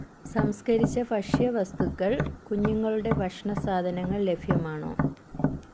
സംസ്കരിച്ച ഭക്ഷ്യവസ്തുക്കൾ കുഞ്ഞുങ്ങളുടെ ഭക്ഷണ സാധനങ്ങൾ ലഭ്യമാണോ